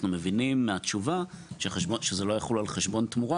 מבינים מהתשובה שזה לא יחול על חשבון תמורה,